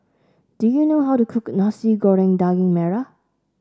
do you know how to cook Nasi Goreng Daging Merah